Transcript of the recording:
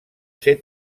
ser